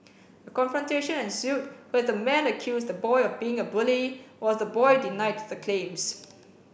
a confrontation ensued where the man accused the boy of being a bully while the boy denied the claims